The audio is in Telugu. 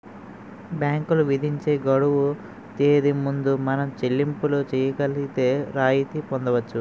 బ్యాంకులు విధించే గడువు తేదీ ముందు మనం చెల్లింపులు చేయగలిగితే రాయితీ పొందవచ్చు